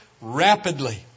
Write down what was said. rapidly